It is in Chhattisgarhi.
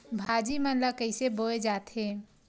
भाजी मन ला कइसे बोए जाथे?